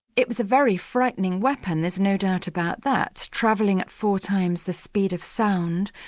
it was a very frightening weapon, there's no doubt about that, travelling at four times the speed of sound,